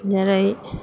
जेरै